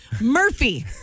Murphy